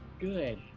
Good